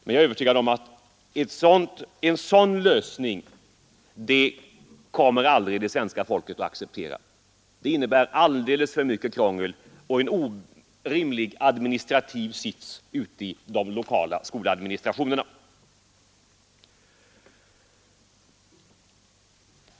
Men jag är övertygad om att svenska folket aldrig kommer att acceptera en sådan lösning. Den innebär alldeles för mycket krångel och en orimlig administrativ sits i de olika lokala skolförvaltningarna.